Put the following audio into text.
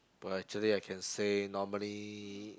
but actually I can say normally